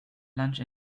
lunch